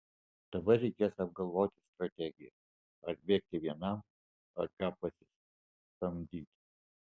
dabar reikės apgalvoti strategiją ar bėgti vienam ar ką pasamdyti